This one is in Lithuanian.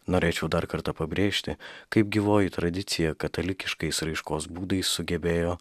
norėčiau dar kartą pabrėžti kaip gyvoji tradicija katalikiškais raiškos būdais sugebėjo